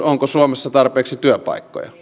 onko suomessa tarpeeksi työpaikkoja